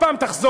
עוד הפעם תחזור,